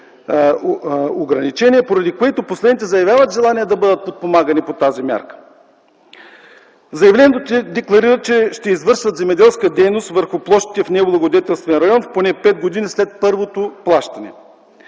ограничения, поради което последните заявяват желание да бъдат подпомагани по тази мярка. В заявлението те декларират, че ще извършват земеделска дейност върху площите върху необлагодетелствания район за поне пет години след първото плащане.